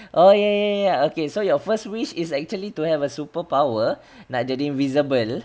oh ya ya ya ya okay so your first wish is actually to have a superpower like jadi invisible